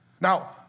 Now